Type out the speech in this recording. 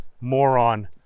moron